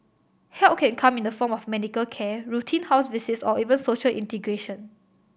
help can come in the form of medical care routine house visits or even social integration